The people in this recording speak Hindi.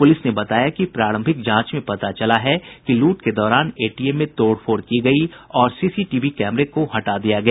पुलिस ने बताया कि प्रारंभिक जांच में पता चला है कि लूट के दौरान एटीएम में तोड़फोड़ की गयी और सीसीटीवी कैमरे को हटा दिया गया